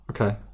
Okay